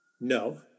No